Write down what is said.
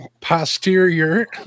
posterior